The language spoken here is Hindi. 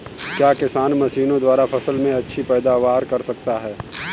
क्या किसान मशीनों द्वारा फसल में अच्छी पैदावार कर सकता है?